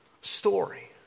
story